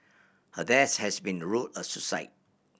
her death has been ruled a suicide